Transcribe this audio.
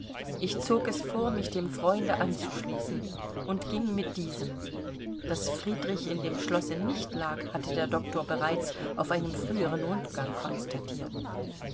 ich zog es vor mich dem freunde anzuschließen und ging mit diesem daß friedrich in dem schlosse nicht lag hatte der doktor bereits auf einem früheren rundgang konstatiert